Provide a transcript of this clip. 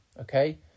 Okay